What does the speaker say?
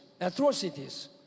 atrocities